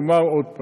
אומר עוד פעם: